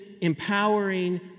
empowering